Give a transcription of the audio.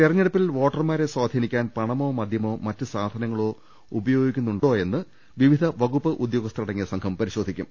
തെരഞ്ഞെടുപ്പിൽ വോട്ടർമാരെ സ്വാധീനിക്കാൻ പണമോ മദ്യമോ മറ്റു സാധനങ്ങളോ ഉപയോഗിക്കുന്നുണ്ടോയെന്ന് വിവിധ വകുപ്പ് ഉദ്യോഗസ്ഥരടങ്ങിയ സംഘം പരിശോധിക്കും